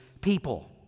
people